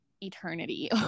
eternity